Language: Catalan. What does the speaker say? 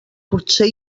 potser